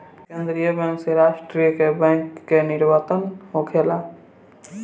केंद्रीय बैंक से राष्ट्र के बैंक के निवर्तन होखेला